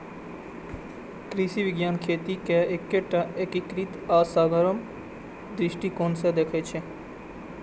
कृषि विज्ञान खेती कें एकटा एकीकृत आ समग्र दृष्टिकोण सं देखै छै